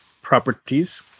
properties